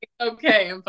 okay